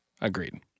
agreed